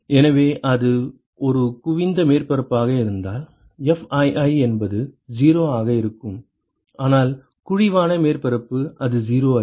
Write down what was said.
எனவே அது ஒரு குவிந்த மேற்பரப்பாக இருந்தால் Fii என்பது 0 ஆக இருக்கும் ஆனால் குழிவான மேற்பரப்பு அது 0 அல்ல